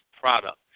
product